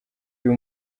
uyu